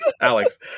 Alex